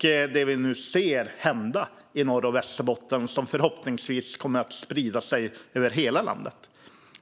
Det är det vi nu ser hända i Norrbotten och Västerbotten och som förhoppningsvis kommer att sprida sig över hela landet.